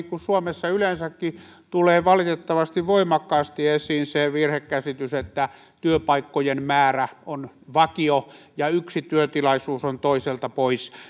kuin suomessa yleensäkin tulee valitettavasti voimakkaasti esiin se virhekäsitys että työpaikkojen määrä on vakio ja yksi työtilaisuus on toiselta pois